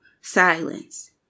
silence